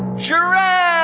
giraffes